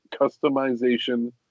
customization